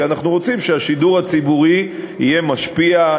כי אנחנו רוצים שהשידור הציבורי ישפיע,